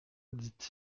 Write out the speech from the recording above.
dit